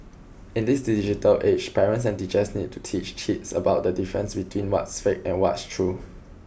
in this digital age parents and teachers need to teach kids about the difference between what's fake and what's true